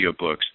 audiobooks